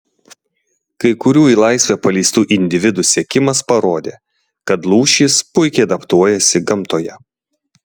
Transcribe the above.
kai kurių į laisvę paleistų individų sekimas parodė kad lūšys puikiai adaptuojasi gamtoje